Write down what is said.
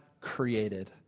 created